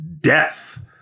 death